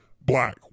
black